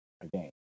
again